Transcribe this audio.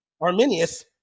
Arminius